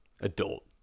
adult